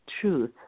truth